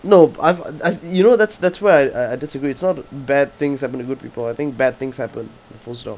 nope I've I've you know that's that's where I I disagree it's not bad things happen to good people I think bad things happen full stop